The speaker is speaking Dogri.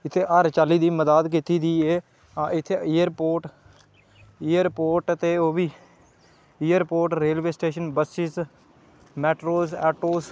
इत्थै हर चाल्ली दी मदाद कीती दी ऐ आं ते इत्थै एयरपोर्ट एयरपोर्ट ते ओह्बी airport railway station bus matador auto